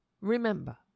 Remember